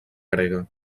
grega